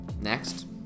Next